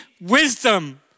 wisdom